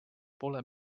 pole